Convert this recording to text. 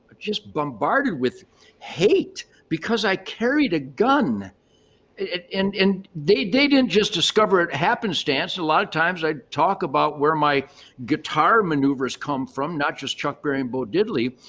just bombarded with hate because i carried a gun and and they didn't just discover it happenstance. a lot of times i'd talk about where my guitar maneuvers come from not just chuck berry and bo diddley,